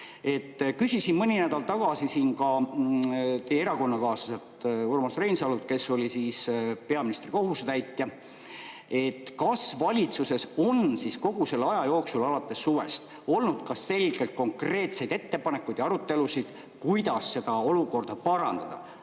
Küsisin mõni nädal tagasi siin ka teie erakonnakaaslaselt Urmas Reinsalult, kes oli siis peaministri kohusetäitja, kas valitsuses on kogu selle aja jooksul alates suvest olnud selgeid, konkreetseid ettepanekuid ja arutelusid, kuidas seda olukorda parandada,